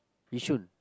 yishun